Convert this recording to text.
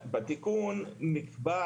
בתיקון נקבע